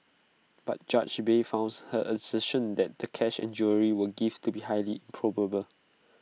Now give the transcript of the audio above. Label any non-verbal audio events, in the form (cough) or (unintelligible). but judge bay (unintelligible) her assertion that the cash and jewellery were gifts to be highly improbable